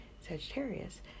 sagittarius